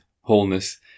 wholeness